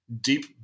deep